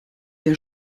der